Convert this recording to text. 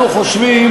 אנחנו חושבים,